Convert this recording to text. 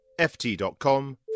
ft.com